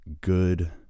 good